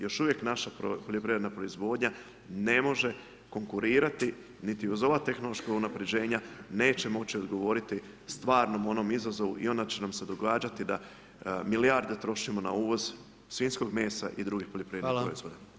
Još uvijek naša poljoprivredna proizvodnja ne može konkurirati, niti uz ova tehnološka unapređenja neće moći odgovoriti stvarnom onom izazovu i onda će nam se događati da milijarde trošimo na uvoz svinjskog mesa i drugih [[Upadica: Hvala]] poljoprivrednih proizvoda.